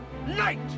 night